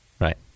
Right